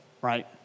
right